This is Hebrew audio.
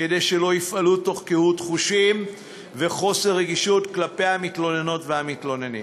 כדי שלא יפעלו בקהות חושים וחוסר רגישות כלפי המתלוננות והמתלוננים.